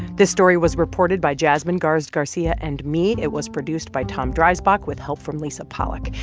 this story was reported by jasmine garsd garcia and me. it was produced by tom dreisbach with help from lisa pollak.